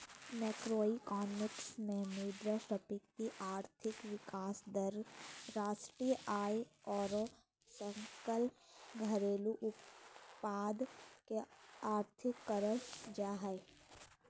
macroeconomics मे मुद्रास्फीति, आर्थिक विकास दर, राष्ट्रीय आय आरो सकल घरेलू उत्पाद के अध्ययन करल जा हय